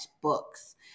books